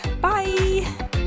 bye